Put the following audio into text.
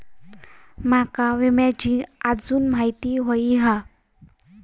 माका विम्याची आजून माहिती व्हयी हा?